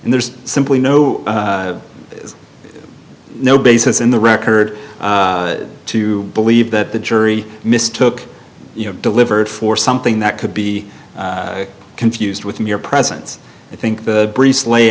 and there's simply no is no basis in the record to believe that the jury mistook delivered for something that could be confused with mere presence i think the briefs lay